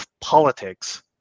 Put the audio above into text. politics